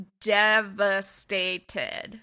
devastated